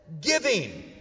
Giving